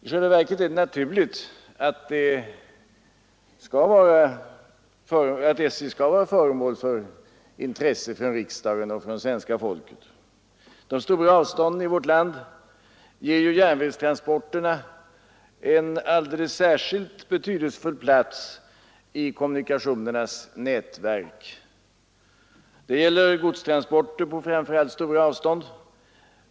I själva verket är det naturligt att SJ är föremål för intresse från den svenska riksdagen och från svenska folket. De stora avstånden i vårt land ger ju järnvägstransporterna en alldeles särskilt betydelsefull plats i kommunikationernas nätverk. Detta gäller godstransporter på framför allt stora avstånd.